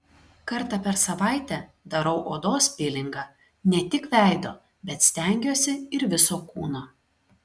kartą per savaitę darau odos pilingą ne tik veido bet stengiuosi ir viso kūno